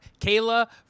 kayla